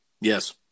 Yes